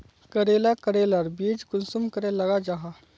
करेला करेलार बीज कुंसम करे लगा जाहा?